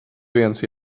viens